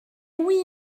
oui